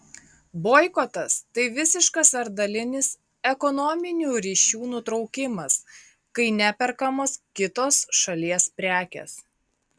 boikotas tai visiškas ar dalinis ekonominių ryšių nutraukimas kai neperkamos kitos šalies prekės